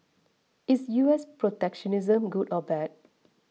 is U S protectionism good or bad